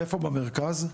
ואיפה במרכז?